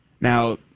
Now